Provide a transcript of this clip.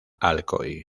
alcoy